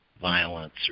violence